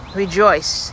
rejoice